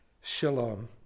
Shalom